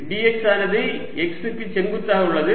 dx ஆனது x க்கு செங்குத்தாக உள்ளது